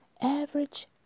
Average